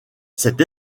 cette